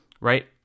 right